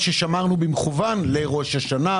למעט מה ששמרנו במכוון לראש השנה,